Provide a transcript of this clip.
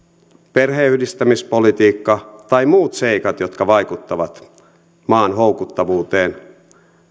perheenyhdistämispolitiikka tai muut seikat jotka vaikuttavat maan houkuttavuuteen